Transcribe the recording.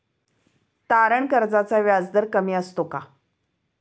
तारण कर्जाचा व्याजदर कमी असतो का?